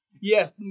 Yes